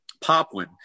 Popwin